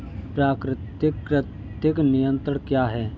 प्राकृतिक कृंतक नियंत्रण क्या है?